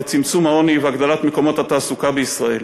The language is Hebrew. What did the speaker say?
לצמצום העוני ולהגדלת מספר מקומות התעסוקה בישראל.